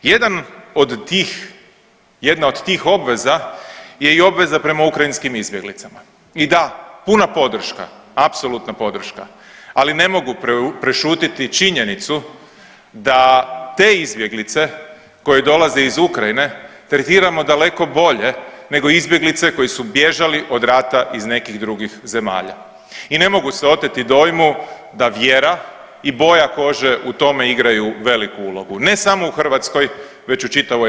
Jedan od tih, jedna od tih obveza je i obveza prema ukrajinskim izbjeglicama i da puna podrška, apsolutna podrška, ali ne mogu prešutjeti činjenicu da te izbjeglice koje dolaze iz Ukrajine tretiramo daleko bolje nego izbjeglice koje su bježali od rata iz nekih drugih zemalja i ne mogu se oteti dojmu da vjera i boja kože u tome igraju veliku ulogu, ne samo u Hrvatskoj već u čitavoj EU.